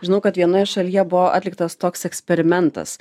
žinau kad vienoje šalyje buvo atliktas toks eksperimentas